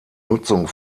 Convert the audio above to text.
nutzung